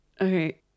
Okay